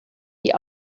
die